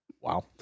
wow